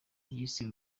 yise